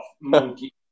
monkey